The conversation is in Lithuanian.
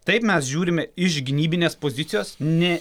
taip mes žiūrime iš gynybinės pozicijos ne